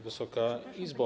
Wysoka Izbo!